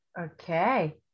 Okay